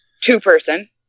Two-person